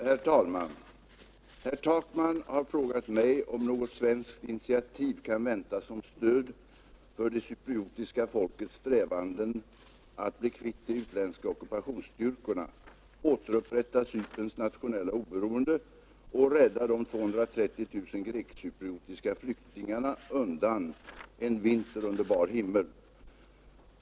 Herr talman! Herr Takman har frågat mig om något svenskt initiativ kan väntas som stöd för det cypriotiska folkets strävanden att bli kvitt de utländska ockupationsstyrkorna, återupprätta Cyperns nationella oberoende och rädda de 230 000 grekcypriotiska flyktingarna undan en vinter under bar himmel.